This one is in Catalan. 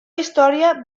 història